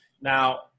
Now